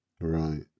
Right